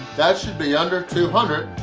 that should be under two hundred,